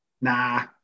Nah